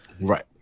Right